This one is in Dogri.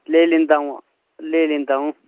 लेई लैंदा आ'ऊं लेई लैंदा आ'ऊं